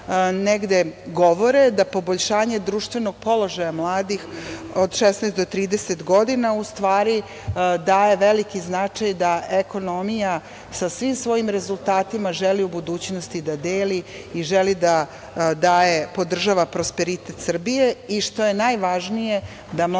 da govore da poboljšanje društvenog položaja mladih od 16 do 30 godina, u stvari daje veliki značaj da ekonomija sa svim svojim rezultatima želi u budućnosti da deli i želi da daje, podržava prosperitet Srbije i što je najvažnije da mladi